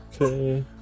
okay